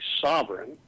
sovereign